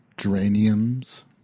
geraniums